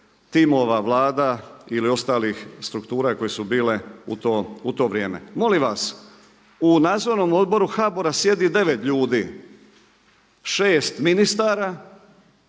timova Vlada ili ostalih struktura koje su bile u to vrijeme. Molim vas u Nadzornom odboru HBOR-a sjedi 9 ljudi, 6 ministara